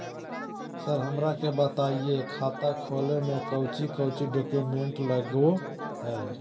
Sir हमरा के बताएं खाता खोले में कोच्चि कोच्चि डॉक्यूमेंट लगो है?